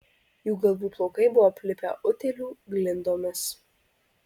jų galvų plaukai buvo aplipę utėlių glindomis